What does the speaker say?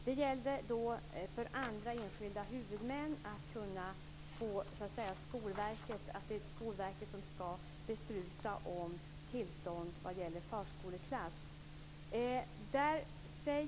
Det gällde att det är Skolverket som skall besluta om tillstånd vad gäller förskoleklass.